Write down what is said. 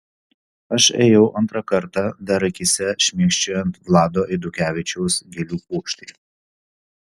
aš ėjau antrą kartą dar akyse šmėkščiojant vlado eidukevičiaus gėlių puokštei